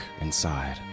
inside